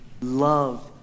loved